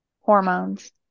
Hormones